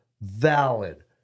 valid